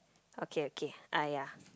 okay okay ah yea